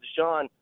Deshaun